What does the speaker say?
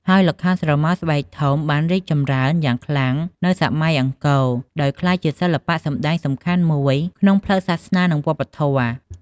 ហើយល្ខោនស្រមោលស្បែកធំ បានរីកចម្រើនយ៉ាងខ្លាំងនៅសម័យអង្គរ ដោយក្លាយជាសិល្បៈសម្តែងសំខាន់មួយក្នុងផ្លូវសាសនា និងវប្បធម៌។